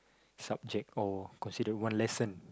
subject or considered one lesson